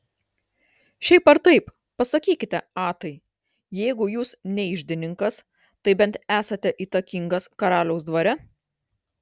šiaip ar taip pasakykite atai jeigu jūs ne iždininkas tai bent esate įtakingas karaliaus dvare